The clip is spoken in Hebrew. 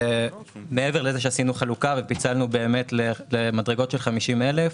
מעבר לזה שעשינו חלוקה ופיצלנו למדרגות של 50 אלף,